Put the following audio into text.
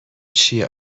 چیه